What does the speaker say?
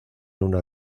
una